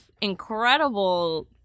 Incredible